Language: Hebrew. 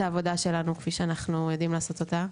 העבודה שלנו כפי שאנחנו יודעים לעשות אותה,